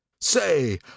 Say